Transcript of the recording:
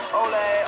ole